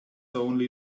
only